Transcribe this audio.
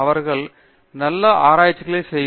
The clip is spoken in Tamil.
அவர்கள் நல்ல ஆராய்ச்சிகளை செய்வர்